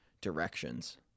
directions